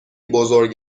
بزرگ